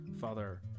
Father